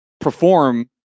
perform